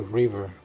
river